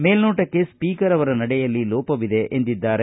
ಮೇಲ್ನೋಟಕ್ಕೆ ಸ್ವೀಕರ ಅವರ ನಡೆಯಲ್ಲಿ ಲೋಪವಿದೆ ಎಂದಿದ್ದಾರೆ